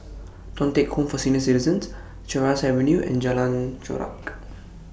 Thong Teck Home For Senior Citizens Sheares Avenue and Jalan Chorak